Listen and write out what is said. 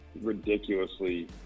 ridiculously